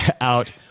out